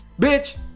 Bitch